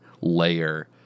layer